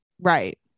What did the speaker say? right